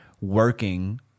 working